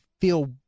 feel